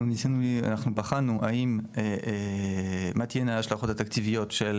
אנחנו בחנו מה תהיינה ההשלכות התקציביות של